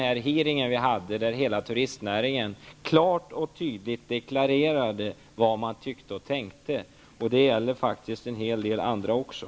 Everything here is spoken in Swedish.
Där deklarerade hela turistnäringen klart och tydligt vad man tyckte och tänkte. Det gäller faktiskt en hel del andra också.